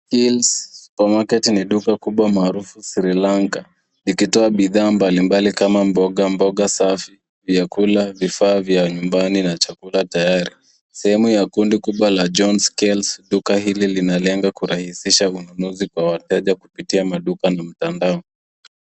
Keells Supermarket ni duka kubwa maarufu Sri Lanka likitoa bidhaa mbalimbali kama mboga mboga safi, vyakula, vifaa vya nyumbani na chakula tayari. Sehemu kubwa ya John's Kales duka hili linalenga kurahisisha ununuzi kwa wateja kupitia maduka na mtandao